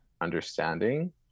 understanding